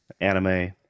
anime